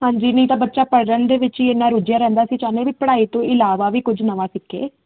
ਹਾਂਜੀ ਨਹੀਂ ਤਾਂ ਬੱਚਾ ਪੜਨ ਦੇ ਵਿੱਚ ਹੀ ਇਨਾ ਰੁਝਿਆ ਰਹਿੰਦਾ ਅਸੀਂ ਚਾਹੁੰਦੇ ਵੀ ਪੜਾਈ ਤੋਂ ਇਲਾਵਾ ਵੀ ਕੁਝ ਨਵਾਂ ਸਿੱਖੇ